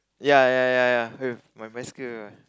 ya ya ya ya my bicycle